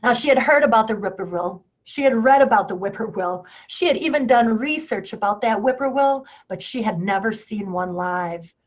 ah she had heard about the whippoorwill. she had read about the whippoorwill. she had even done research about that whippoorwill, but she had never seen one live.